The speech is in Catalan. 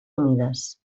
humides